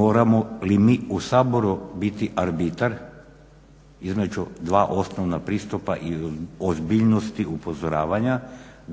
Moramo li mi u Saboru biti arbitar između 2 osnovna pristupa i ozbiljnosti upozoravanja